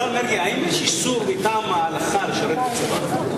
השר מרגי, האם יש איסור מטעם ההלכה לשרת בצבא?